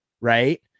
Right